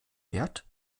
fährt